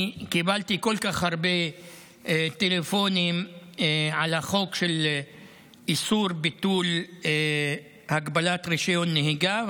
אני קיבלתי כל כך הרבה טלפונים על החוק של ביטול הגבלת רישיון נהיגה,